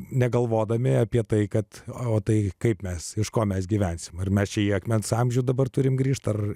negalvodami apie tai kad o tai kaip mes iš ko mes gyvensime ar mes čia į akmens amžių dabar turime grįžta ar